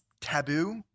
taboo